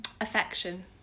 Affection